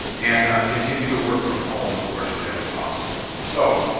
and continue to work from home, of course, whenever possible. so